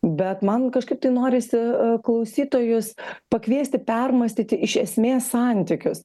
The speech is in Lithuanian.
bet man kažkaip norisi klausytojus pakviesti permąstyti iš esmės santykius